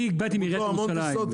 אני באתי מעיריית ירושלים.